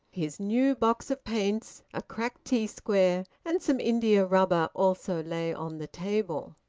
his new box of paints, a cracked t-square, and some india-rubber also lay on the table.